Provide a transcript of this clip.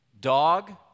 Dog